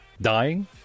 dying